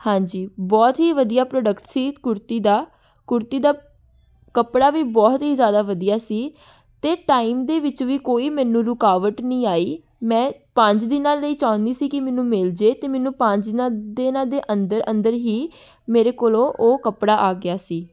ਹਾਂਜੀ ਬਹੁਤ ਹੀ ਵਧੀਆ ਪ੍ਰੋਡਕਟ ਸੀ ਕੁੜਤੀ ਦਾ ਕੁੜਤੀ ਦਾ ਕੱਪੜਾ ਵੀ ਬਹੁਤ ਹੀ ਜ਼ਿਆਦਾ ਵਧੀਆ ਸੀ ਅਤੇ ਟਾਈਮ ਦੇ ਵਿੱਚ ਵੀ ਕੋਈ ਮੈਨੂੰ ਰੁਕਾਵਟ ਨਹੀਂ ਆਈ ਮੈਂ ਪੰਜ ਦਿਨਾਂ ਲਈ ਚਾਹੁੰਦੀ ਸੀ ਕਿ ਮੈਨੂੰ ਮਿਲ ਜਾਵੇ ਅਤੇ ਮੈਨੂੰ ਪੰਜ ਦਿਨਾਂ ਦੇ ਅੰਦਰ ਅੰਦਰ ਹੀ ਮੇਰੇ ਕੋਲ ਉਹ ਕੱਪੜਾ ਆ ਗਿਆ ਸੀ